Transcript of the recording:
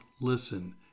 listen